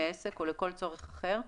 לעסק או לכל צורך אחר,